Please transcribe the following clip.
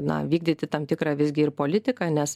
na vykdyti tam tikrą visgi ir politiką nes